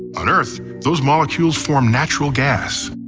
on earth those molecules form natural gas.